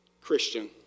Christian